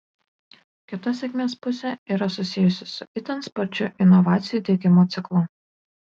kita sėkmės pusė yra susijusi su itin sparčiu inovacijų diegimo ciklu